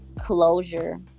closure